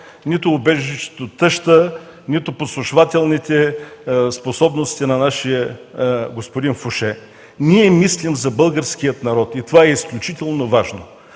нито убежището „тъща”, нито подслушвателните способности на нашия „господин Фуше”. Ние мислим за българския народ. Това е изключително важно!